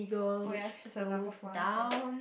oh ya she's a number one fan